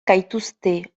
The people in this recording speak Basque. gaituzte